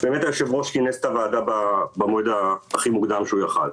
באמת היושב-ראש כינס את הוועדה במועד הכי מוקדם שהוא יכול היה,